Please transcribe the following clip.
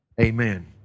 amen